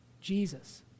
Jesus